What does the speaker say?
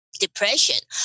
depression